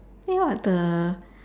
eh what the